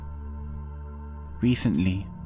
Recently